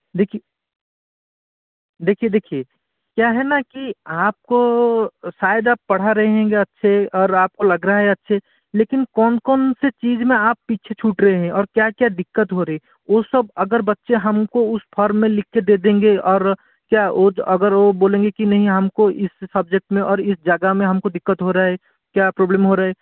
देखिए देखिए देखिए क्या है ना कि आपको शायद आप पढ़ा रहे हेंगे अच्छे और आपको लग रहा है अच्छे लेकिन कौन कौन सी चीज में आप पीछे छूट रहे हैं और क्या क्या दिक्कत हो रही ओ सब अगर बच्चे हमको उस फॉर्म में लिख के दे देंगे और क्या ओ अगर ओ बोलेंगे कि नहीं हमको इस सब्जेक्ट में और इस जगह में हमको दिक्कत हो रहा है क्या प्रॉब्लम हो रहा है